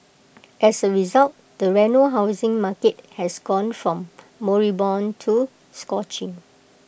as A result the Reno housing market has gone from moribund to scorching